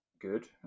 good